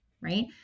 right